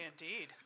indeed